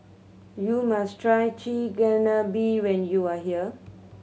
you must try Chigenabe when you are here